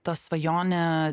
ta svajonė